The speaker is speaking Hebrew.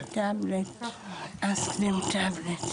הופעתי הראשונה בוועדה שלך.